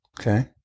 Okay